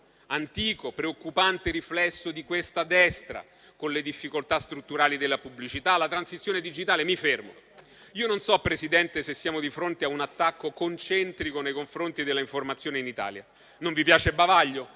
antico e preoccupante riflesso di questa destra, con le difficoltà strutturali della pubblicità e la transizione digitale. Mi fermo. Io non so, signor Presidente, se siamo di fronte a un attacco concentrico nei confronti dell'informazione in Italia. Non vi piace bavaglio?